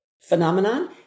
phenomenon